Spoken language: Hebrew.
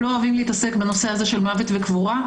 רובנו לא אוהבים להתעסק בנושא המוות והקבורה.